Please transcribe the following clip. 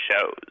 shows